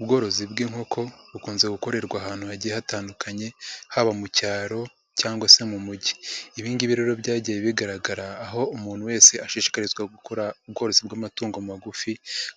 Ubworozi bw'inkoko bukunze gukorerwa ahantu hagiye hatandukanye, haba mu cyaro cyangwa se mu mugi. Ibi ngibi rero byagiye bigaragara aho umuntu wese ashishikarizwa gukora ubworozi bw'amatungo magufi